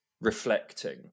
reflecting